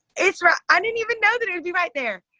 it's right, i didn't even know that it would be right there.